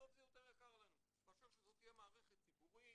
בסוף זה יותר יקר לנו מאשר שזאת תהיה מערכת ציבורית,